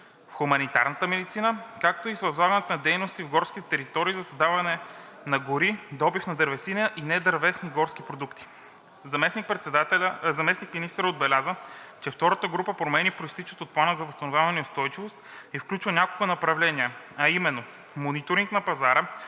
в хуманната медицина, както и с възлагането на дейности в горски територии за създаване на гори, добив на дървесина и недървесни горски продукти. Заместник-министърът отбеляза, че втората група промени произтичат от Плана за възстановяване и устойчивост и включват няколко направления, а именно: мониторинг на пазара